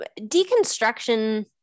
deconstruction